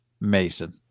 Mason